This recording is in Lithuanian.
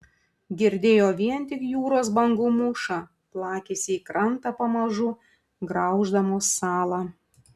girdėjo vien tik jūros bangų mūšą plakėsi į krantą pamažu grauždamos salą